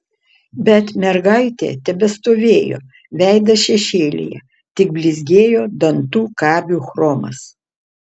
bet mergaitė tebestovėjo veidas šešėlyje tik blizgėjo dantų kabių chromas